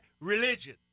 religion